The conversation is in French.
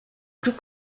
plus